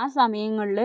ആ സമയങ്ങളിൽ